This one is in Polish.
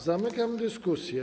Zamykam dyskusję.